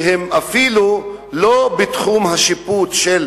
הן אפילו לא בתחום השיפוט של